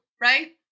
right